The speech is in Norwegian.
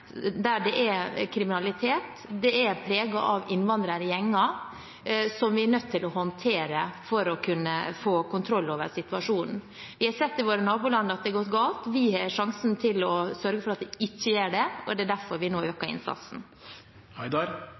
der det er kriminalitet, er preget av innvandrergjenger, som vi er nødt til å håndtere for å kunne få kontroll over situasjonen. Vi har sett i våre naboland at det har gått galt. Vi har sjansen til å sørge for at det ikke gjør det, og det er derfor vi nå øker innsatsen.